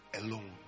alone